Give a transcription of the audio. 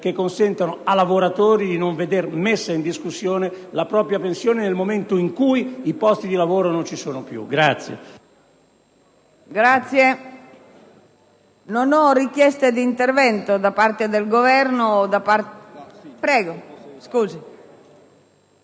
per consentire ai lavoratori di non veder messa in discussione la propria pensione in un momento in cui i posti di lavoro non ci sono più.